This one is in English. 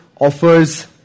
offers